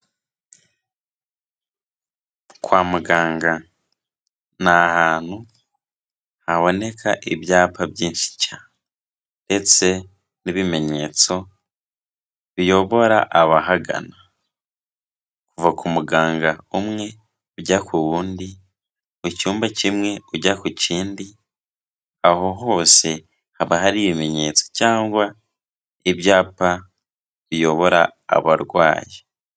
Kwa muganga n'ahantu haboneka ibyapa byinshi cyane ndetse n'ibimenyetso biyobora abahagana. Kuva ku muganga umwe ujya ku wundi, mu cyumba kimwe ujya ku kindi, Aho hose haba hari ibimenyetso cyangwa ibyapa biyobora abarwayi.